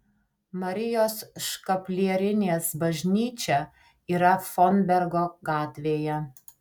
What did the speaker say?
marijos škaplierinės bažnyčia yra fonbergo gatvėje